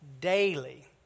daily